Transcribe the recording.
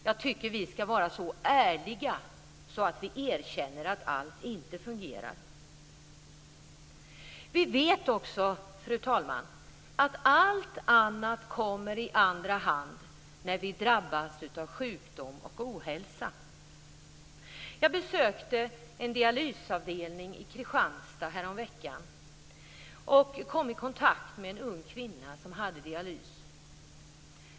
Jag tycker att vi skall vara så ärliga att vi erkänner att allt inte fungerar. Vi vet också, fru talman, att allt annat kommer i andra hand när vi drabbas av sjukdom och ohälsa. Jag besökte en dialysavdelning i Kristianstad härom veckan. Då kom jag i kontakt med en ung kvinna som hade dialys.